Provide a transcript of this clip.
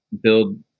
build